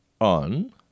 on